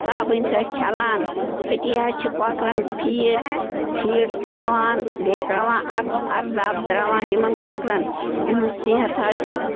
صابٕنۍ سۭتۍ چھَلان أتی حظ چھِ کۄکرَن پھیٖڈ پھیٖڈ ترٛاوان بیٚیہِ ترٛاوان اَر اَرداب ترٛاوان یِمَن کۄکرَن یِہُنٛد صحت حظ چھُ